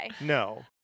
No